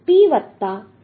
વત્તા આ એક છે